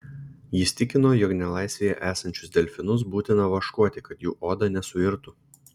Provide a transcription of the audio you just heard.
jis tikino jog nelaisvėje esančius delfinus būtina vaškuoti kad jų oda nesuirtų